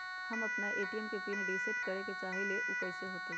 हम अपना ए.टी.एम के पिन रिसेट करे के चाहईले उ कईसे होतई?